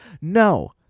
No